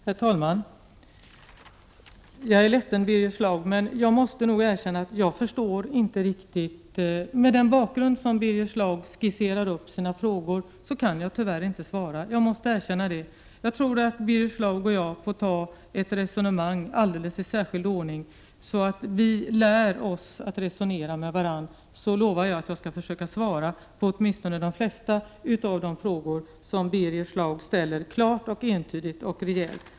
Herr talman! Jag är ledsen Birger Schlaug att jag måste erkänna att jag med den bakgrund som Birger Schlaug skisserar sina frågor inte kan svara på frågorna. Jag måste erkänna det, och jag tror att Birger Schlaug och jag måste ta ett resonemang i särskild ordning, så att vi lär oss resonera med varandra. Jag lovar att jag därefter skall svara klart, entydigt och rejält på åtminstone de flesta frågor som Birger Schlaug ställer.